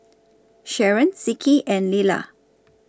Sharon Zeke and Leila